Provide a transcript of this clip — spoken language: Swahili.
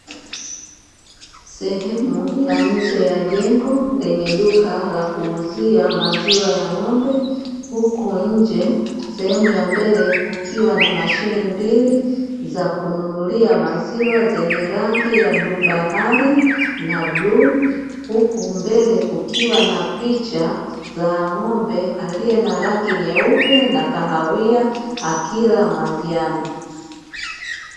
Sehemu ya nje ya jengo lenye duka la kuuzia maziwa ya ng’ombe, huku nje kwa sehemu ya mbele kukiwa na mashine mbili za kununulia maziwa, zenye rangi ya bluu bahari na bluu. Huku mbele kukiwa na picha za ng’ombe aliye na rangi nyeupe na kahawia, akila majani.